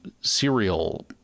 Serial